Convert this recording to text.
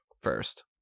first